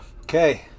Okay